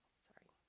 sorry.